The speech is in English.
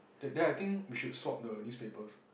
then I think we should swap the newspapers